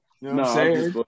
no